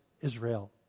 Israel